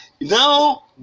now